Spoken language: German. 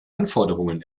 anforderungen